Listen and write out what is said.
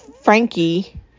Frankie